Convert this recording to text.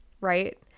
right